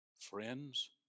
Friends